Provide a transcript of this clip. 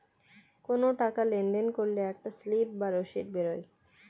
কোনো টাকা লেনদেন করলে একটা স্লিপ বা রসিদ বেরোয়